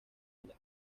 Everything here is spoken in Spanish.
duda